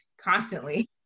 constantly